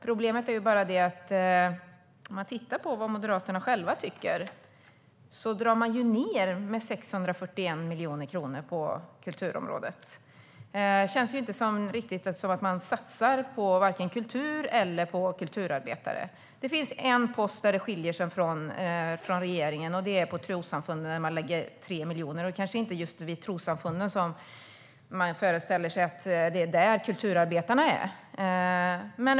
Problemet är bara att om man tittar på vad Moderaterna själva tycker ser man att de drar ned med 641 miljoner kronor på kulturområdet. Det känns inte riktigt som att de satsar på kultur eller kulturarbetare. Det finns en post där det skiljer sig från regeringen, och det är trossamfunden som man lägger 3 miljoner på. Det är kanske inte just i trossamfunden som man föreställer sig att kulturarbetarna är.